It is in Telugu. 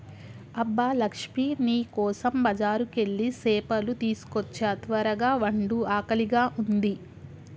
అబ్బ లక్ష్మీ నీ కోసం బజారుకెళ్ళి సేపలు తీసుకోచ్చా త్వరగ వండు ఆకలిగా ఉంది